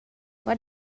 what